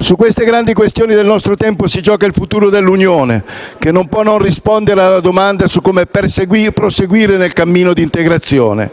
Su queste grandi questioni del nostro tempo si gioca il futuro dell'Unione, che non può non rispondere alla domanda su come proseguire nel cammino di integrazione.